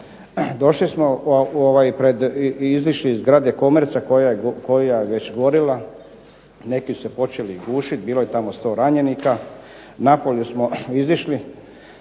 Došli smo i izašli iz zgrade "Commerca" koja je već gorila. Neki su se počeli gušiti, bilo je tamo 100 ranjenika. Na polju smo izašli,